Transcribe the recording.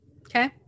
Okay